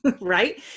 right